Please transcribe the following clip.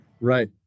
right